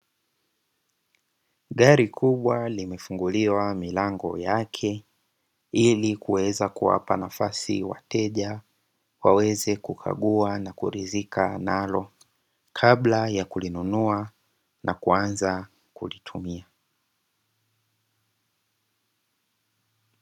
Gari kubwa limefunguliwa milango yake ili kuweza kuwapa nafasi wateja, waweze kukagua na kuridhika nalo kabla ya kulinunua na kuanza kulitumia.